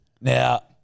Now